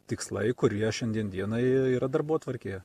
tikslai kurie šiandien dienai yra darbotvarkėje